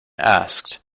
asked